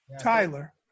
Tyler